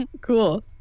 Cool